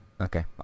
Okay